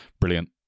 brilliant